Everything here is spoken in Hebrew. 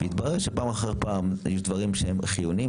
מתברר שפעם אחר פעם היו דברים שהם חיוניים,